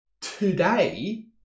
today